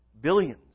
billions